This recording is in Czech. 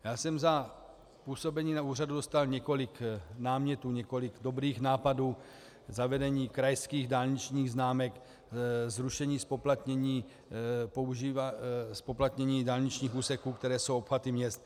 Já jsem za působení na úřadu dostal několik námětů, několik dobrých nápadů k zavedení krajských dálničních známek, zrušení zpoplatnění dálničních úseků, které jsou obchvaty měst.